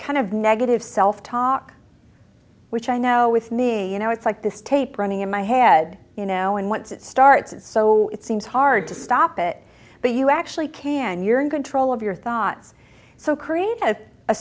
kind of negative self talk which i know with me you know it's like this tape running in my head you know and once it starts and so it seems hard to stop it but you actually can you're in control of your thoughts so create as a